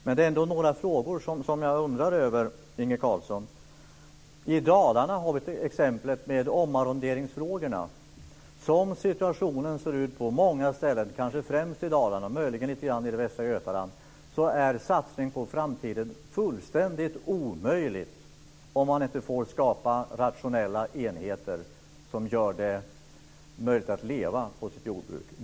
Jag undrar ändå över några frågor, Inge Carlsson. Vi har i Dalarna omarronderingsproblem. Som situationen ser ut på många ställen, kanske främst i Dalarna men t.ex. också i sydvästra Götaland, är en satsning på framtiden fullständigt omöjlig, om man inte får skapa rationella enheter som gör det möjligt att leva på jordbruket.